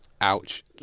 Ouch